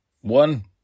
one